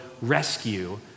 rescue